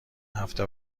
هفت